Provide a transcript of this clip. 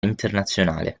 internazionale